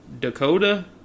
Dakota